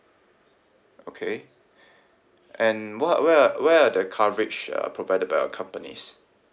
okay and what where are where are the coverage uh provided by your companies